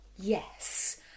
Yes